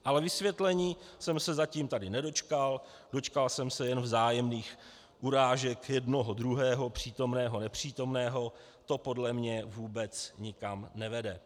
Ale vysvětlení jsem se tady zatím nedočkal, dočkal jsem se jen vzájemných urážek jednoho, druhého, přítomného, nepřítomného, to podle mě vůbec nikam nevede.